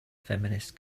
feminist